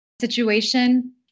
situation